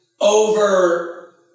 over